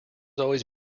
always